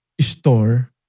store